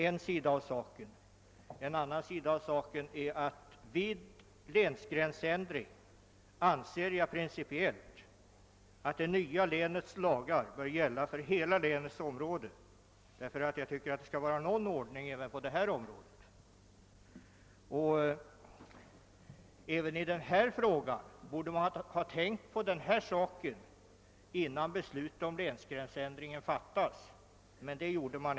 En annan sida av saken är att jag principiellt anser att vid en länsgränsändring det nya länets lagar bör gälla för hela länet, det skall väl vara någon ordning även härvidlag. Man borde ha tänkt på detta innan beslutet om den här länsgränsändringen fattades.